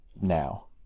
now